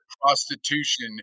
prostitution